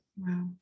Wow